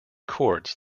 courts